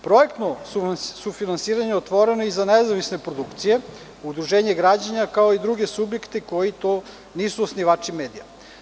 Projektno sufinansiranje otvoreno je i za nezavisne produkcije, udruženja građana, kao i druge subjekte koji nisu osnivači medija.